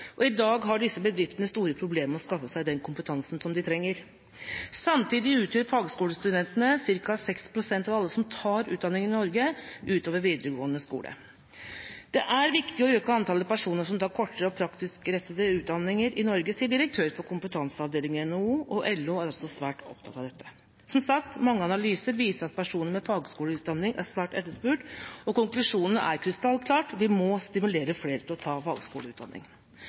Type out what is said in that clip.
og i dag har disse bedriftene store problemer med å skaffe seg den kompetansen de trenger. Samtidig utgjør fagskolestudentene ca. 6 pst. av alle som tar utdanning i Norge utover videregående skole. Det er viktig å øke antallet personer som tar kortere og praktisk rettede utdanninger i Norge, sier direktør for kompetanseavdelingen i NHO, og LO er også svært opptatt av dette. Som sagt viser mange analyser at personer med fagskoleutdanning er svært etterspurt, og konklusjonen er krystallklar: Vi må stimulere flere til å ta fagskoleutdanning.